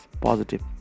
positive